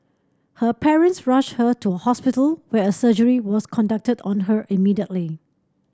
her parents rushed her to a hospital where a surgery was conducted on her immediately